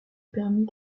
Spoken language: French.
permit